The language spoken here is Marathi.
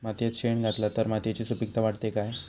मातयेत शेण घातला तर मातयेची सुपीकता वाढते काय?